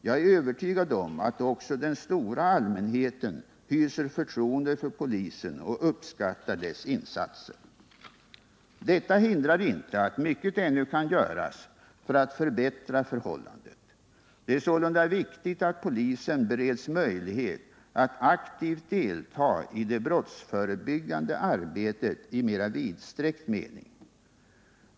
Jag är övertygad om att också den stora allmänheten hyser förtroende för polisen och uppskattar dess insatser. Detta hindrar inte att mycket ännu kan göras för att förbättra förhållandet. Det är sålunda viktigt att polisen bereds möjlighet att aktivt delta i det brottsförebyggande arbetet i mera vidsträckt mening.